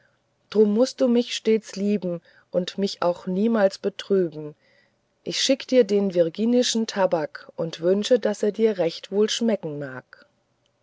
drum mußt du mich stets lieben und mich auch niemals betrüben ich schick dir den virginischen tabak und wünsche daß er dir recht wohl schmecken mag